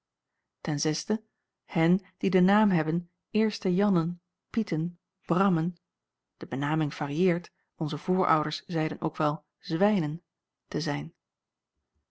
hen die den naam hebben eerste jannen pieten brammen de benaming o varieert onze voorouders zeiden ook wel zwijnen te zijn